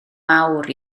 mawr